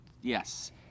yes